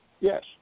Yes